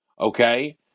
okay